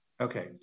Okay